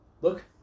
look